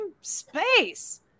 space